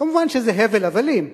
כמובן שזה הבל הבלים,